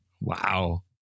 Wow